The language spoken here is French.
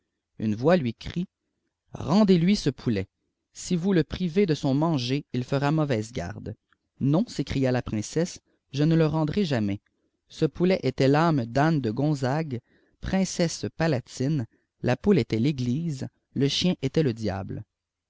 une voix lui crie endez lui ce poulet si vous le privez de son manger il fera mauvaise garde non s'écria la princesse je ne le rendrai jamais ce poulet était l'âme d'anne dé gonzague princesse palatine la poule était l'eglise le chien était le diable